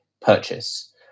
purchase